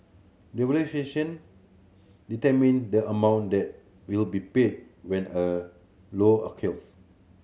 the valuation determine the amount that will be paid when a loss occurs